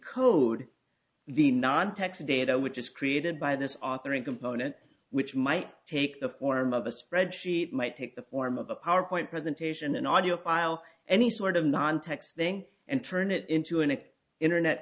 code the non tax data which is created by this author a component which might take the form of a spreadsheet might take the form of a powerpoint presentation an audio file any sort of non text thing and turn it into an internet